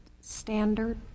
standard